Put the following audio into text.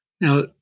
Now